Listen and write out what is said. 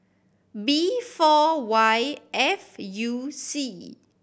B four Y F U C